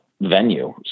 venue